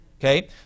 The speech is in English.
Okay